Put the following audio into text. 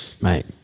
mate